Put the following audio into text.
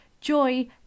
joy